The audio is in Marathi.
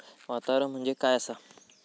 वातावरण म्हणजे काय असा?